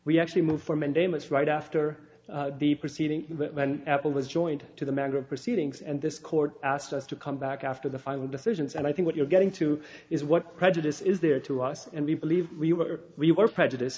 we actually moved for mandamus right after the proceeding when apple was joined to the matter of proceedings and this court asked us to come back after the final decisions and i think what you're getting to is what prejudice is there to us and we believe we were we were prejudice